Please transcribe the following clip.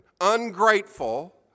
ungrateful